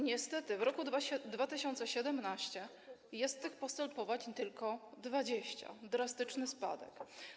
Niestety, w roku 2017 jest tych postępowań tylko 20, to drastyczny spadek.